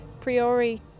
Priori